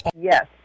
Yes